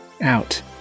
out